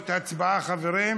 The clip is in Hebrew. חשבונית),